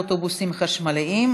להודיעכם,